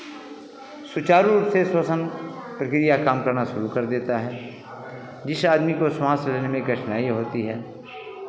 सुचारू रूप से श्वसन प्रकिया काम करना शुरू कर देता है जिस आदमी को श्वास लेने में कठिनाई होती है